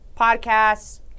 podcasts